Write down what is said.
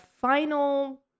final